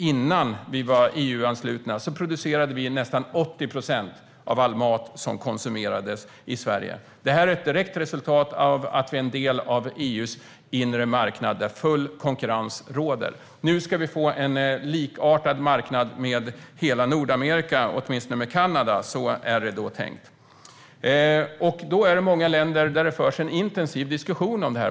Innan vi blev EU-anslutna producerade vi själva nästan 80 procent av all mat som konsumerades i Sverige. Detta är ett direkt resultat av att vi är en del av EU:s inre marknad, där full konkurrens råder. Nu ska vi få en likartad marknad med hela Nordamerika, åtminstone med Kanada, är det tänkt. I många länder förs en intensiv diskussion om detta.